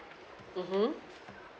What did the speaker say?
mmhmm